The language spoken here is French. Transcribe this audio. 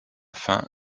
fin